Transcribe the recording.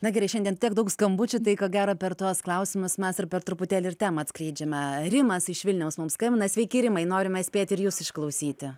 na gerai šiandien tiek daug skambučių tai ko gero per tuos klausimus mes ir per truputėlį ir temą atskleidžiame rimas iš vilniaus mums skambina sveiki rimai norime spėti ir jus išklausyti